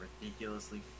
ridiculously